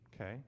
okay